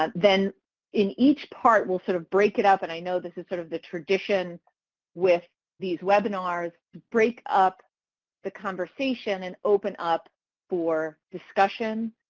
ah then in each part we'll sort of break it up, and i know this is sort of the tradition with these webinars, break up the conversation and open up for discussion,